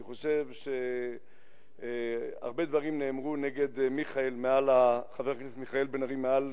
אני חושב שהרבה דברים נאמרו נגד חבר הכנסת מיכאל בן-ארי מעל